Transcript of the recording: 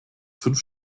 fünf